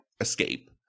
escape